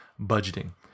budgeting